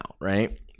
right